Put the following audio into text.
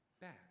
back